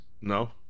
No